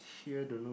here don't know